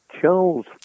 Charles